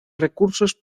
recursos